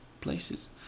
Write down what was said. places